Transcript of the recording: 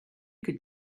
could